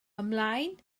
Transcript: ymlaen